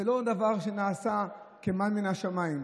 זה לא דבר שנעשה כמן מן השמיים.